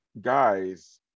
guys